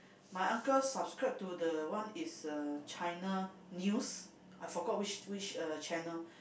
my uncle subscribe to the one is uh China news I forgot which which uh channel